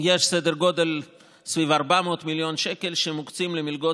יש סדר גודל של סביב 400 מיליון שקל שמוקצים למלגות